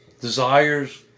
Desires